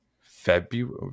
february